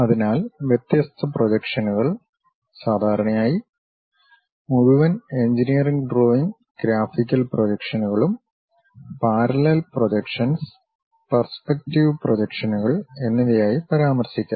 അതിനാൽ വ്യത്യസ്ത പ്രൊജക്ഷനുകൾ സാധാരണയായി മുഴുവൻ എഞ്ചിനീയറിംഗ് ഡ്രോയിംഗ് ഗ്രാഫിക്കൽ പ്രൊജക്ഷനുകളും പാരല്ലെൽ പ്രോജക്ഷൻസ് പെർസ്പെക്ടിവ് പ്രൊജക്ഷനുകൾ എന്നിവയായി പരാമർശിക്കാം